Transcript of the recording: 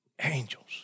Angels